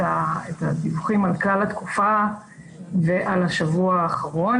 הדיווחים על כלל התקופה ועל השבוע האחרון.